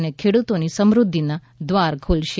અને ખેડૂતોની સમૃધ્વિના દ્રાર ખુલશે